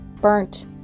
burnt